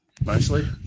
mostly